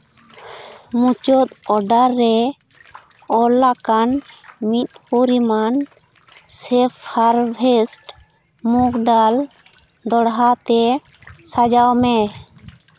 ᱢᱩᱪᱟᱹᱫ ᱚᱨᱰᱟᱨ ᱨᱮ ᱚᱞᱟᱠᱟᱱ ᱢᱤᱫ ᱯᱚᱨᱤᱢᱟᱱ ᱥᱮᱯᱷ ᱦᱟᱨᱵᱷᱮᱥ ᱢᱩᱜᱽ ᱰᱟᱞ ᱫᱚᱦᱲᱟᱛᱮ ᱥᱟᱡᱟᱣ ᱢᱮ